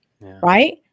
right